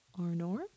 Arnor